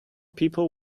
people